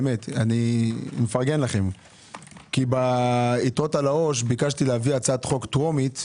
אני מפרגן לכם כי ביתרות על העו"ש ביקשתי להביא הצעת חוק טרומית,